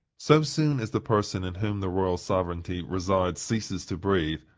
so soon as the person in whom the royal sovereignty resides ceases to breathe,